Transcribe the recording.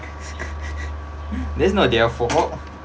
that's not their fault